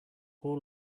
all